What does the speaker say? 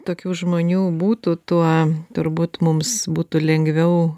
tokių žmonių būtų tuo turbūt mums būtų lengviau